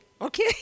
Okay